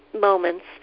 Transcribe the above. moments